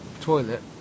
toilet